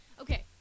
Okay